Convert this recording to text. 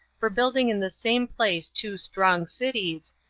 for building in the same place two strong cities,